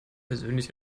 persönlich